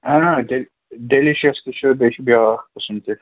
ڈیلہِ delicious تہِ چھُ بیٚیہِ چھُ بیٛاکھ قٕسٕم تہِ